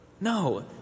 No